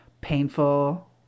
painful